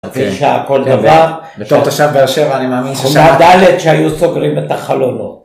כשהכל דבר, בתוך תשע בעשר אני מאמין, הוא נהדלת שהיו סוגרים את החלונות.